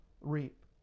reap